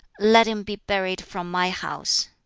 let him be buried from my house.